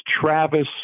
Travis